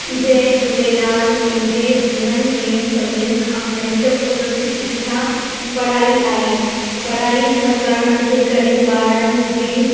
जय झूलेलाल मुंहिंजे जीवन में सभिनी खां महत्वपूर्ण सिखिया पढ़ाई आहे पढ़ाई न करण जे करे ॿारनि जी